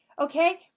Okay